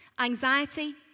anxiety